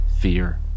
Fear